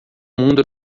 mundo